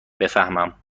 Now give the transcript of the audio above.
بفهمم